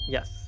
Yes